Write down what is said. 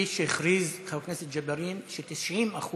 האיש שהכריז, חבר הכנסת ג'בארין, ש-90%